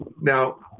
now